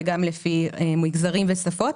וגם לפי מגזרים ושפות.